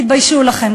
תתביישו לכם.